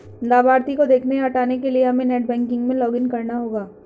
लाभार्थी को देखने या हटाने के लिए हमे नेट बैंकिंग में लॉगिन करना होगा